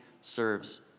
serves